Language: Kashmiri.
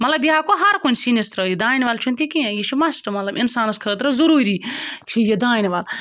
مطلب یہِ ہیٚکو ہَرکُنہِ سِنِس ترٛٲوِتھ دانہِ وَل چھُنہٕ تہِ کینٛہہ یہِ چھِ مَسٹہٕ مطلب اِنسانَس خٲطرٕ ضٔروٗری چھِ یہِ دانہِ وَل